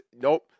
nope